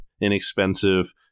inexpensive